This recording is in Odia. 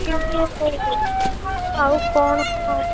କିନ୍ତୁ ଆଉ କ'ଣ